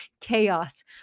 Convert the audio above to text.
chaos